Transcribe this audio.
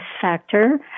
factor